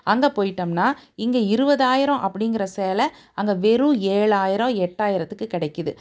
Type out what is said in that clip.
அங்கே போயிட்டம்னா இங்கே இருபதாயிரம் அப்படிங்கிற சேலை அங்க வெறும் ஏழாயிரம் எட்டாயிரத்துக்கு கிடைக்கிது